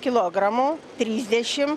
kilogramų trisdešim